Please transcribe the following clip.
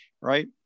right